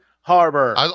Harbor